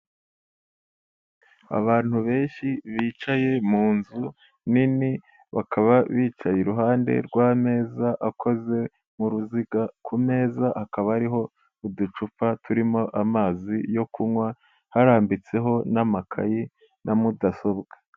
Abantu benshi bicaye mu nzu nini, bakaba bicaye iruhande rw'ameza akoze nk'uruziga ku meza hakaba hariho uducupa turimo amazi yo kunywa, harambitseho n'amakayi na mudasobwa.